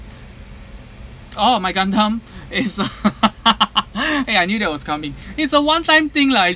oh my gundam is a eh I knew that was coming it's a one time thing lah